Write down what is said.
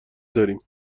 داریم